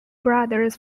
brothers